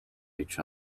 each